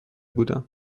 بودم